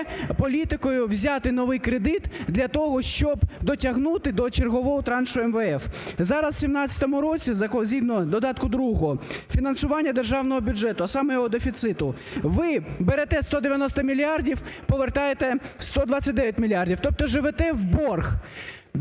політикою: взяти новий кредит для того, щоб дотягнути до чергового траншу МВФ. Зараз, в 2017 році, згідно Додатку другого фінансування державного бюджету, а саме його дефіциту, ви берете 190 мільярдів – повертаєте 129 мільярдів, тобто живете в борг.